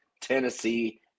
Tennessee